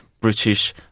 British